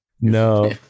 No